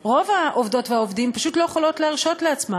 רוב העובדות והעובדים פשוט לא יכולות להרשות לעצמם,